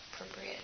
appropriate